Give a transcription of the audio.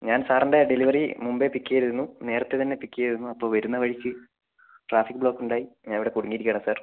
ഞാൻ സാറിൻ്റെ ഡെലിവറി മുൻപേ പിക്ക് ചെയ്തിരുന്നു നേരത്തെ തന്നെ പിക്ക് ചെയ്തിരുന്നു അപ്പോൾ വരുന്ന വഴിക്ക് ട്രാഫിക് ബ്ലോക്ക് ഉണ്ടായി ഞാൻ ഇവിടെ കുടുങ്ങിയിരിക്കുകയാണ് സാർ